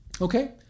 Okay